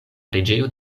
preĝejo